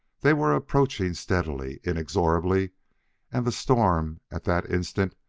they were approaching steadily, inexorably and the storm, at that instant,